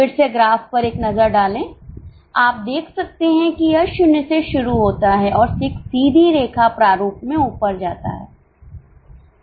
फिर से ग्राफ़ पर एक नज़र डालें आप देख सकते हैं कि यह 0 से शुरू होता है और एक सीधी रेखा प्रारूप में ऊपर जाता है